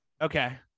okay